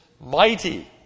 mighty